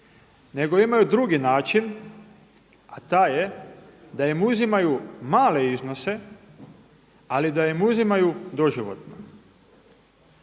nego imaju drugi način, a taj je da im uzimaju male iznose, ali da im uzimaju doživotno.